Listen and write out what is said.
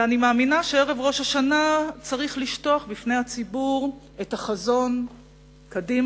ואני מאמינה שבערב ראש השנה צריך לשטוח בפני הציבור את החזון קדימה.